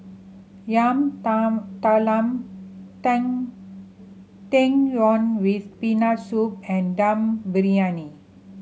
yam talam tang yuen with Peanut Soup and Dum Briyani